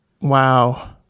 Wow